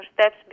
steps